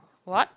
what